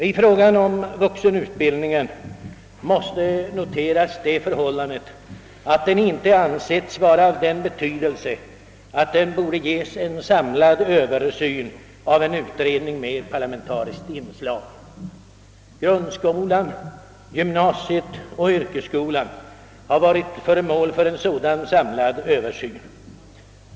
I fråga om vuxenutbildningen måste noteras det förhållandet att den inte ansetts vara av den betydelse att åt densamma borde ges en samlad översyn av en utredning med parlamentariskt inslag. Grundskolan, gymnasiet och yrkesskolan har varit föremål för en sådan samlad översyn.